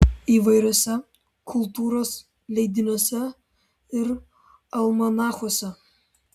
įvairiuose kultūros leidiniuose ir almanachuose